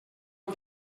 han